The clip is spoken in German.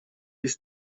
ist